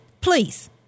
Please